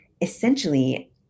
essentially